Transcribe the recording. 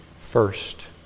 first